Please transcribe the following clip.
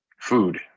food